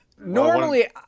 Normally